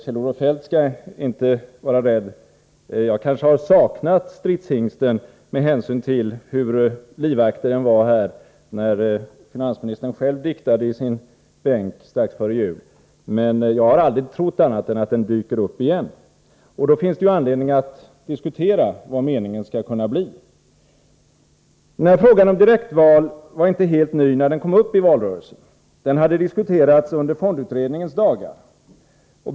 Kjell-Olof Feldt skall inte vara rädd; jag kanske har saknat stridshingsten med tanke på hur livaktig den var när finansministern diktade i sin bänk strax före jul, men jag har aldrig trott något annat än att den skall dyka upp igen. Då finns det anledning att diskutera vad meningen skall kunna bli. Frågan om direktval till fondstyrelserna var inte helt ny när den kom uppi valrörelsen. Den hade diskuterats under fondutredningens dagar.